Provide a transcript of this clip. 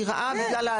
נעה.